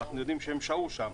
אנחנו יודעים שהם שהו שם.